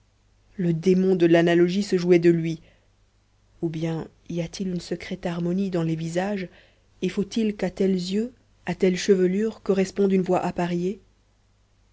le démon de l'analogie se jouait de lui ou bien y a-t-il une secrète harmonie dans les visages et faut-il qu'à tels yeux à telle chevelure corresponde une voix